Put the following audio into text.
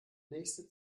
nächste